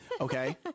Okay